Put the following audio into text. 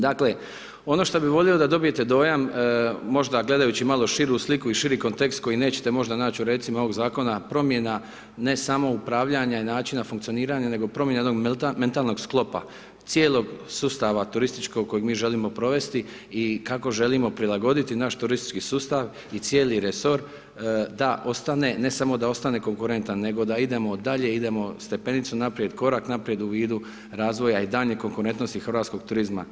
Dakle, ono što bi volio da dobijete dojam možda gledajući malo širu sliku i širi kontekst koji nećete možda naći u recimo ovog zakona promjena ne samo upravljanja i načina funkcioniranja, nego promjena jednog mentalnog sklopa, cijelog sustava turističkog kojeg mi želimo provesti i kako želimo prilagoditi naš turistički sustav i cijeli resor da ostane, ne samo da ostane konkurentan, nego da idemo dalje, idemo stepenicu naprijed, korak naprijed u vidu razvoja i daljnje konkurentnosti hrvatskog turizma.